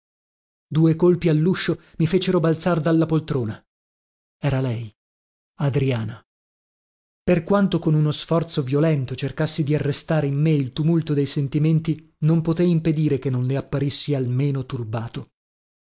due colpi alluscio mi fecero balzar dalla poltrona era lei adriana per quanto con uno sforzo violento cercassi di arrestare in me il tumulto dei sentimenti non potei impedire che non le apparissi almeno turbato